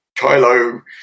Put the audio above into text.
Kylo